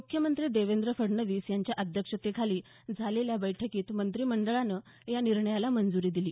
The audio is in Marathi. मुख्यमंत्री देवेंद्र फडणवीस यांच्या अध्यक्षतेखाली झालेल्या बैठकीत मंत्रिमंडळानं या निर्णयाला मंजूरी दिली